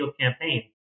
campaign